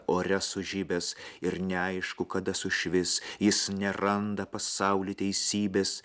ore sužibęs ir neaišku kada sušvis jis neranda pasauly teisybės